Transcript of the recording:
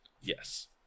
Yes